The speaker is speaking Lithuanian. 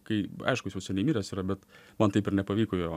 kai aišku jis jau seniai miręs yra bet man taip ir nepavyko jo